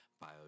bio